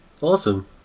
awesome